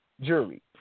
Jury